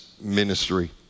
ministry